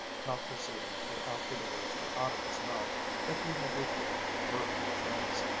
not perceiving till after the words were out of his mouth that he had repeated her own phrase.